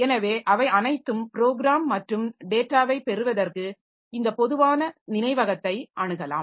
எனவே அவை அனைத்தும் ப்ரோக்ராம் மற்றும் டேட்டாவைப் பெறுவதற்கு இந்த பொதுவான நினைவகத்தை அணுகலாம்